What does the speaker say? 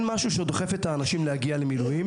אין משהו שדוחף את האנשים להגיע למילואים.